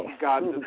God